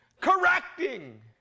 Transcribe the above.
Correcting